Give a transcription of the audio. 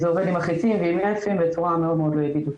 זה עובד עם החיצים ועם F-ים בצורה מאוד לא ידידותית.